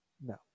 No